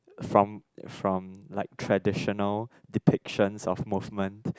from from like traditional depictions of movement